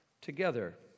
together